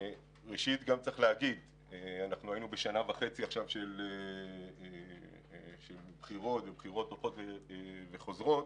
ראשית, היינו בשנה וחצי של בחירות חוזרות,